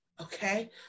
Okay